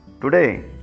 today